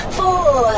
four